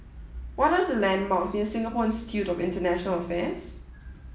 what are the landmarks near Singapore Institute of International Affairs